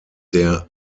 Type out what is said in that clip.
der